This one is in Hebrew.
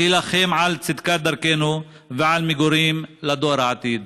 להילחם על צדקת דרכנו ועל מגורים לדור העתיד.